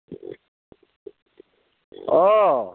অ'